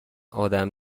آدم